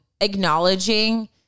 acknowledging